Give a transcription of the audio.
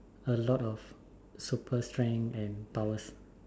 a lot of super strength and powers